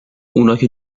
اوناکه